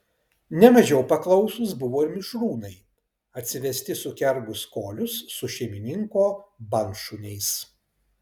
ne mažiau paklausūs buvo ir mišrūnai atsivesti sukergus kolius su šeimininko bandšuniais